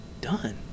done